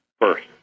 first